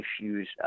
issues